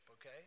okay